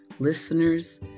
Listeners